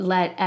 Let